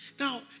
Now